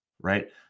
right